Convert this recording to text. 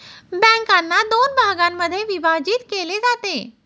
बँकांना दोन भागांमध्ये विभाजित केले जाते